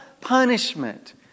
punishment